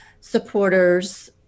supporters